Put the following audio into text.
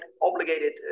obligated